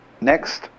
Next